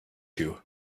you